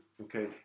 okay